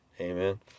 Amen